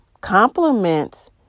compliments